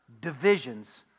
divisions